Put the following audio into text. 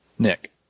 Nick